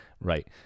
Right